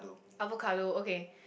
avocado okay